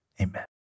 amen